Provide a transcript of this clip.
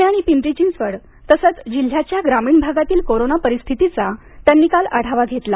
पुणे आणि पिंपरी चिंचवड तसंच जिल्ह्याच्या ग्रामीण भागातील कोरोना परिस्थितीचा त्यांनी काल आढावा घेतला